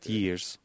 years